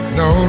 no